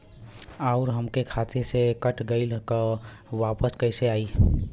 आऊर हमरे खाते से कट गैल ह वापस कैसे आई?